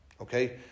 Okay